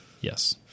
Yes